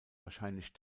wahrscheinlich